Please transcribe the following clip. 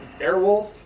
Airwolf